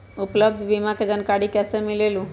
उपलब्ध बीमा के जानकारी कैसे मिलेलु?